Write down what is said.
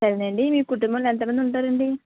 సరేనండి మీ కుటుంబంలో ఎంతమంది ఉంటారండి